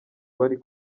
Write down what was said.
bari